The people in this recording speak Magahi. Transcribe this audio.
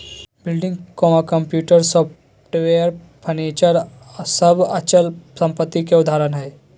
बिल्डिंग्स, कंप्यूटर, सॉफ्टवेयर, फर्नीचर सब अचल संपत्ति के उदाहरण हय